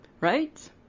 Right